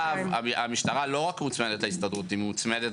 המשטרה לא רק מוצמדת להסתדרות, היא גם מוצמדת